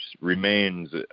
remains